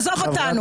עזוב אותנו.